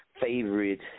favorite